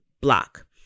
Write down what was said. block